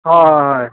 ହ ହ ହଏ